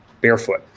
barefoot